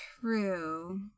true